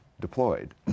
deployed